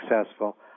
successful